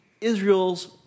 Israel's